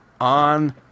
on